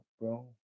bro